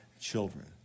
children